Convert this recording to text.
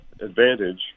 advantage